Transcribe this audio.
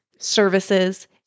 services